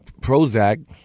Prozac